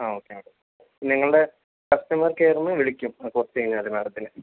ആ okay madam ഞങ്ങളുടെ customer കെയറിൽ നിന്ന് വിളിക്കും കുറച്ച് കഴിഞ്ഞാൽ മാഡത്തിനെ